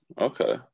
okay